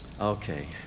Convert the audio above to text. Okay